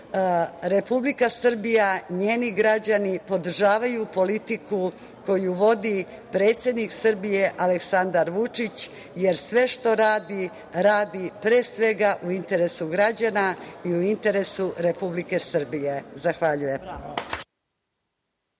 blatu. Republika Srbija, njeni građani podržavaju politiku koju vodi predsednik Srbije, Aleksandar Vučić, jer sve što radi, radi pre svega u interesu građana i u interesu Republike Srbije. Zahvaljujem.